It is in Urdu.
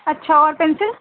اچھا اور پینسل